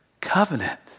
covenant